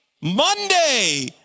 Monday